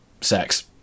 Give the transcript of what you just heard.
sex